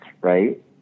right